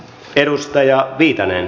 arvoisa puhemies